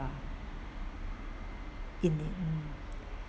in need